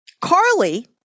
Carly